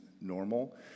normal